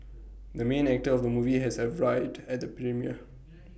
the main actor of the movie has arrived at the premiere